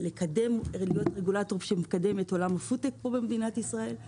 להיות רגולטור שמקדם את עולם הפודטק במדינת ישראל,